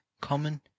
common